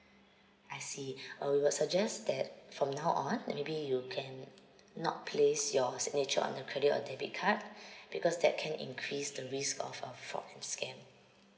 I see uh we will suggest that from now on maybe you can not place your signature on your credit or debit card because that can increase the risk of a fraud and scam